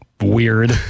weird